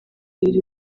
iri